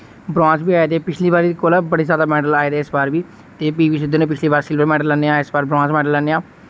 bronze बी आए दे पिछली वारी कोला बड़े ज्यादा मैडल आये दे इस बार वि ते पीवी सिंधु ने पिछली वार सिल्वर मैडल आह्नेया इसबार ब्रोंज मैडल आह्नेआ